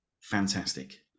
fantastic